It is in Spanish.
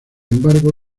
embargo